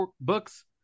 books